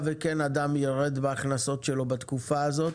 וכן אדם ירד בהכנסות שלו בתקופה הזאת